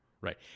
right